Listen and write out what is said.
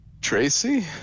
Tracy